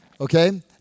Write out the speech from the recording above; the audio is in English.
Okay